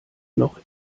noch